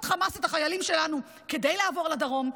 חמאס את החיילים שלנו כדי לעבור לדרום.